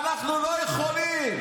אנחנו לא יכולים.